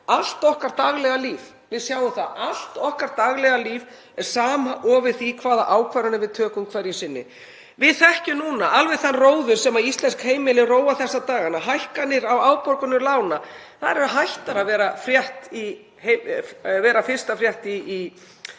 Allt okkar daglega líf, við sjáum það, er samofið því hvaða ákvarðanir við tökum hverju sinni. Við þekkjum núna alveg þann róður sem íslensk heimili róa þessa dagana. Hækkanir á afborgunum lána eru hættar að vera fyrsta frétt í hér